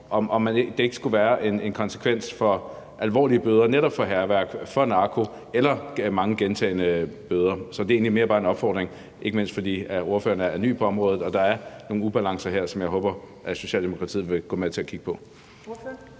om det ikke skulle være en konsekvens i forhold til alvorlige bøder netop for hærværk, for narko eller for mange gentagne bøder. Så det er egentlig mere bare en opfordring, ikke mindst fordi ordføreren er ny på området, og der er nogle ubalancer her, som jeg håber at Socialdemokratiet vil gå med til at kigge på.